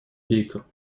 гейка